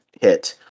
Hit